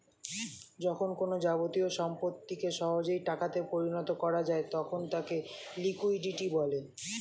যখন কোনো যাবতীয় সম্পত্তিকে সহজেই টাকা তে পরিণত করা যায় তখন তাকে লিকুইডিটি বলে